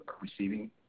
receiving